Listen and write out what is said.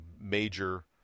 major